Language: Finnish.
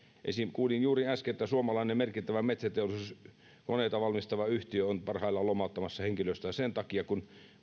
esimerkiksi kuulin juuri äsken että suomalainen merkittävä metsäteollisuuskoneita valmistava yhtiö on parhaillaan lomauttamassa henkilöstöä sen takia kun